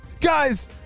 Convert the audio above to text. Guys